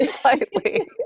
slightly